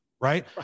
right